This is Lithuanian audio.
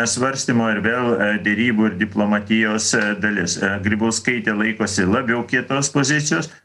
svarstymo ir vėl derybų ir diplomatijos dalis grybauskaitė laikosi labiau kietos pozicijos